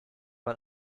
man